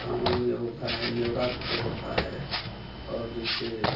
सावन में होता है नवरात्र पर होता है और जैसे